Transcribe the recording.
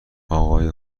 آقای